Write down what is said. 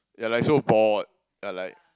you're like so bored you're like